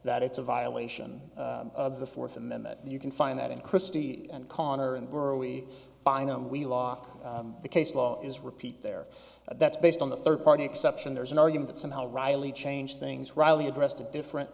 that it's a violation of the fourth and that you can find that in christie and connor and were we find them we lock the case law is repeat there that's based on the third party exception there's an argument somehow riley changed things riley addressed a different